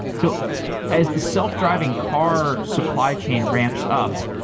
so as the self-driving car supply chain ramps up,